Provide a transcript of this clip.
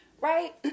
right